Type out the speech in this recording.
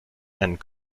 and